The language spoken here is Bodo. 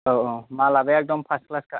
औ औ मालयाबो एकदम फार्स्ट क्लास खा